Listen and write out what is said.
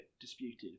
disputed